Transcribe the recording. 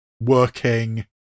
working